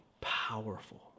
Powerful